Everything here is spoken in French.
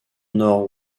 nord